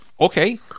Okay